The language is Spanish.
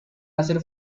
hacer